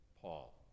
Paul